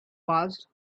passed